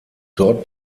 dort